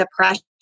depression